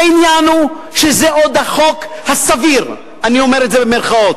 העניין הוא שזה עוד החוק "הסביר" ואני אומר את זה במירכאות.